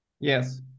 Yes